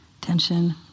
tension